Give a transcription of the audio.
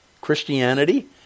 Christianity